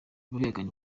abihakana